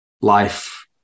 life